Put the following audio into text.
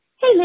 Hey